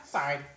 Sorry